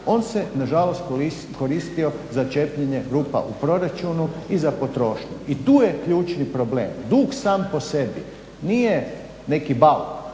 on se nažalost koristio za čepljenje rupa u proračunu i za potrošnju. I tu je ključni problem. Dug sam po sebi. Nije neki bauk,